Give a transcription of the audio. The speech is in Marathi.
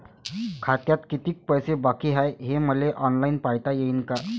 खात्यात कितीक पैसे बाकी हाय हे मले ऑनलाईन पायता येईन का?